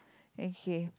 okay